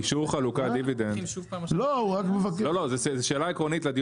אישור חלוקת דיבידנד לא זה שאלה עקרונית לדיון